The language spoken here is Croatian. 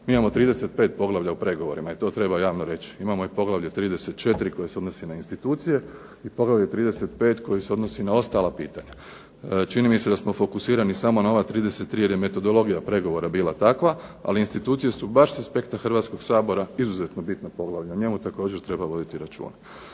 mi imamo 35 poglavlja u pregovorima i to treba javno reći. Imamo i poglavlje 34. koje se odnosi na institucije, i poglavlje 35. koje se odnosi na ostala pitanja. Čini mi se da smo fokusirani samo na ova 33 jer je metodologija pregovora bila takva, ali institucije su baš sa aspekta Hrvatskog sabora izuzetno bitna poglavlja, o njemu također treba voditi računa.